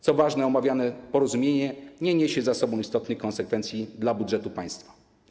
Co ważne, omawiane porozumienie nie niesie za sobą istotnych konsekwencji dla budżetu państwa.